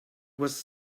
was